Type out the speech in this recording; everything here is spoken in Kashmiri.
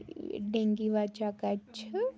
ڈیٚنٛگی وَچا کَتہِ چھِ